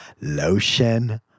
Lotion